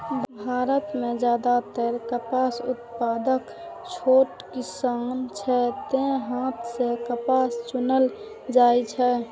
भारत मे जादेतर कपास उत्पादक छोट किसान छै, तें हाथे सं कपास चुनल जाइ छै